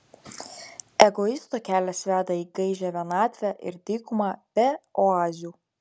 egoisto kelias veda į gaižią vienatvę ir dykumą be oazių